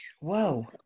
Whoa